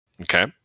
Okay